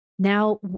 Now